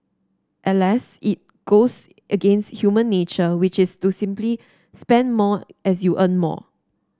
Alas it goes against human nature which is to simply spend more as you earn more